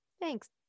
Thanks